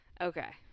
okay